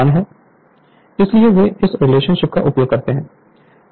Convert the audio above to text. इसलिए वे इस रिलेशनशिप का उपयोग करते हैं